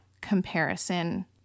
comparison